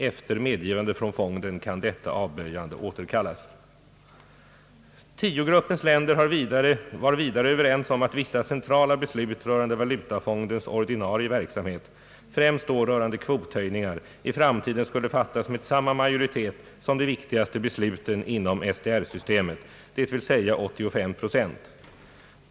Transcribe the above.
Efter medgivande från fonden kan detta avböjande återkallas. Tiogruppens länder var vidare överens om att vissa centrala beslut rörande valutafondens »ordinarie» verksamhet, främst då rörande kvothöjningar, i framtiden skulle fattas med samma majoritet som för de viktigaste besluten inom SDR-systemet, dvs. 85 procent.